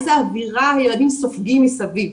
איזו אווירה הילדים סופגים מסביב,